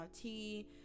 tea